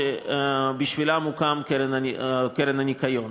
שבשבילן הוקמה הקרן לשמירת הניקיון.